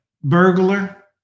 Burglar